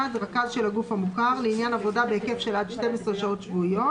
רכז של הגוף המוכר לעניין עבודה בהיקף של עד 12 שעות שבועיות